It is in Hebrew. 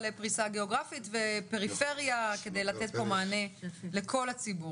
פריסה גיאוגרפית ופריפריה כדי לתת פה מענה לכל הציבור.